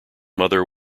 mother